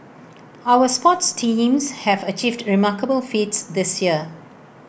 our sports teams have achieved remarkable feats this year